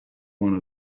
one